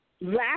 last